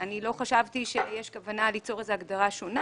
אני לא חשבתי שיש כוונה ליצור הגדרה שונה